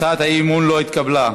הצעת האי-אמון לא התקבלה.